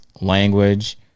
Language